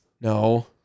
No